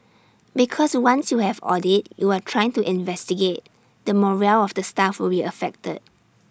because once you have audit you are trying to investigate the morale of the staff will be affected